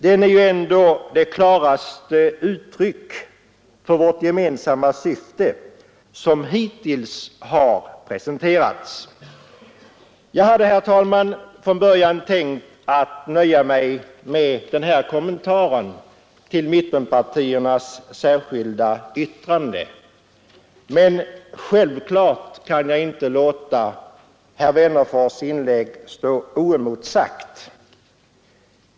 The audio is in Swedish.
Den är ändå det klaraste uttryck för vårt gemensamma syfte som hittills har presenterats. Jag hade, herr talman, från början tänkt nöja mig med denna kommentar till mitt partis särskilda yttrande, men självklart kan jag inte låta herr Wennerfors” inlägg stå oemotsagt.